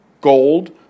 gold